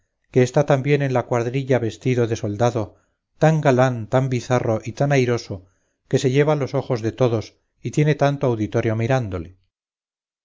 que está también en la cuadrilla vestido de soldado tan galán tan bizarro y tan airoso que se lleva los ojos de todos y tiene tanto auditorio mirándole